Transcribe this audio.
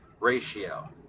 ratio